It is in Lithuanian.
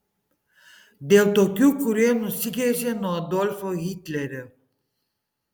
dėl tokių kurie nusigręžė nuo adolfo hitlerio